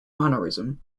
mannerism